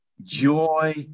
joy